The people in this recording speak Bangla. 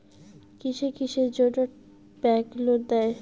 কিসের কিসের জন্যে ব্যাংক লোন দেয়?